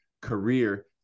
career